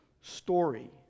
story